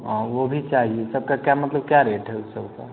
हाँ वह भी चाहिए सब का क्या मतलब क्या रेट है उस सबका